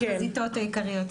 החזיתות העיקריות.